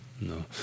no